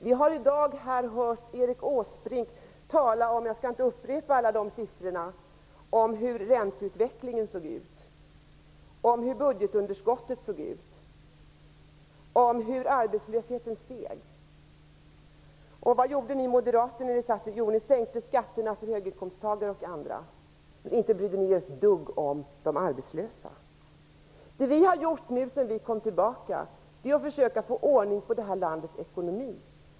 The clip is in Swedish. Vi har i dag hört Erik Åsbrink redogöra för hur ränteutvecklingen såg ut under den tiden, hur budgetunderskottet såg ut, om hur arbetslösheten steg, men jag skall inte upprepa dessa siffror. Vad gjorde ni moderater när ni var i regeringsställning? Jo, ni sänkte skatterna för höginkomsttagare och andra. Men ni brydde er inte ett dugg om de arbetslösa. Det som vi har gjort sedan vi fick tillbaka regeringsmakten är att försöka få ordning på det här landets ekonomi.